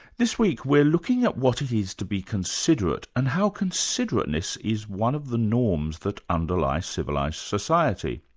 this week we're looking at what it is to be considerate and how considerateness is one of the norms that underlie civilised society.